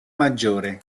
maggiore